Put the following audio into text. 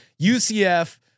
UCF